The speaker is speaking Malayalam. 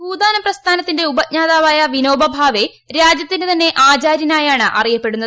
ഭൂദാന പ്രസ്ഥാനത്തിന്റെ ഉപജ്ഞാതാവായ വിനോബാ ഭാവേ രാജ്യത്തിന്റെ തന്നെ ആചാര്യനായാണ് അറിയപ്പെട്ടിരുന്നത്